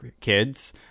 kids